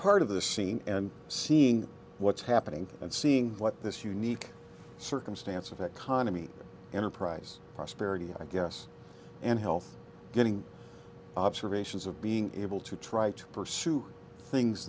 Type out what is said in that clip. part of the scene and seeing what's happening and seeing what this unique circumstance of economy enterprise prosperity i guess and health getting observations of being able to try to pursue things